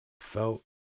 Felt